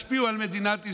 תשפיעו על מדינת ישראל.